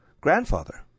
Grandfather